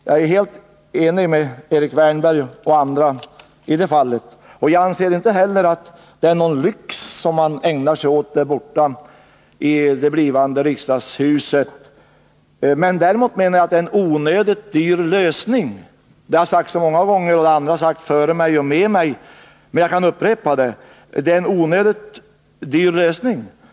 Jag är helt enig med Erik Wärnberg och andra i det fallet och anser inte heller att det är någon lyx som man ägnar sig åt där borta i det blivande riksdagshuset. Däremot anser jag att det är en onödigt dyr lösning. Detta kan jag upprepa, trots att det sagts många gånger tidigare av flera.